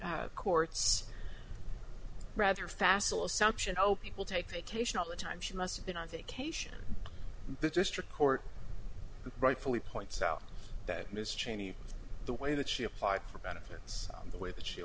courts rather facile assumption hope people take vacation all the time she must have been on vacation the district court rightfully points out that ms chaney the way that she applied for benefits in the way that she